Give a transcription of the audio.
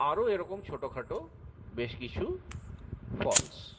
আরো এরকম ছোটোখাটো বেশ কিছু ফলস